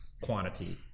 quantity